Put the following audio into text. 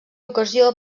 ocasió